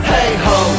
Hey-ho